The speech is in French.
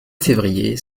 février